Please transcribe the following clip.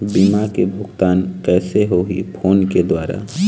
बीमा के भुगतान कइसे होही फ़ोन के द्वारा?